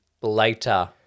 later